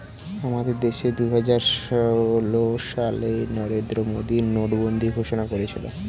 আমাদের দেশে দুহাজার ষোল সালে নরেন্দ্র মোদী নোটবন্দি ঘোষণা করেছিল